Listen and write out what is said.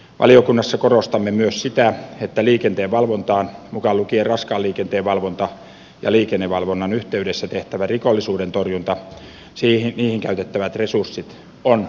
valiokunnassa korostamme myös sitä että liikenteen valvontaan mukaan lukien raskaan liikenteen valvonta ja liikennevalvonnan yhteydessä tehtävään rikollisuuden torjuntaan käytettävät resurssit on turvattava